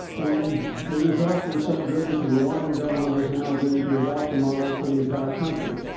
and the results were so good that the rwandan government has now agreed to adopt the model for the entire country,